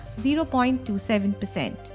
0.27%